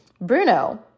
Bruno